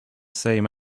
same